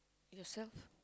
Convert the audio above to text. yourself